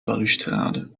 balustrade